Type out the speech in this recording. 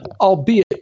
albeit